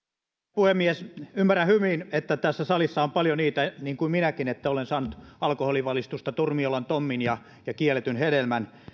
puhemies ymmärrän hyvin että tässä salissa on paljon niitä niin kuin minäkin jotka ovat saaneet alkoholivalistusta turmiolan tommin ja ja kielletyn hedelmän